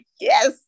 yes